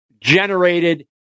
generated